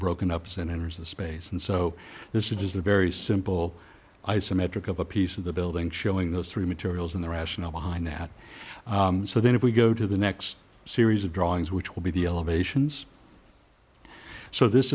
broken ups and enters the space and so this is just a very simple isometric of a piece of the building showing those three materials in the rationale behind that so then if we go to the next series of drawings which will be the elevations so this